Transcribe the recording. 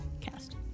cast